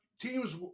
Teams